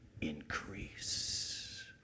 increase